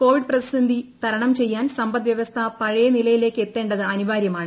Covid പ്രതിസന്ധി തരണം ചെയ്യാൻ സമ്പദ് വ്യവസ്ഥ പഴയ നിലയിലേക്ക് എത്തേണ്ടത് അനിവാര്യമാണ്